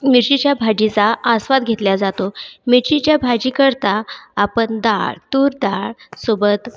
मिरचीच्या भाजीचा आस्वाद घेतला जातो मिरचीच्या भाजीकरता आपण डाळ तूरडाळ सोबत